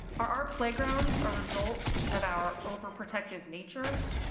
are our playgrounds a result of our overprotective nature?